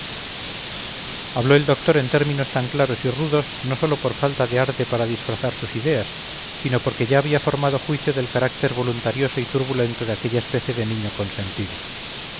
habló el doctor en términos tan claros y rudos no sólo por falta de arte para disfrazar sus ideas sino porque ya había formado juicio del carácter voluntarioso y turbulento de aquella especie de niño consentido